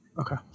Okay